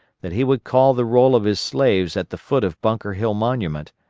that he would call the roll of his slaves at the foot of bunker hill monument,